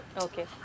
Okay